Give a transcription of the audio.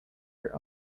your